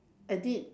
I did